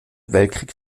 weltkrieg